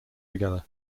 together